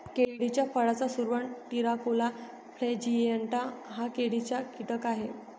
केळीच्या फळाचा सुरवंट, तिराकोला प्लॅजिएटा हा केळीचा कीटक आहे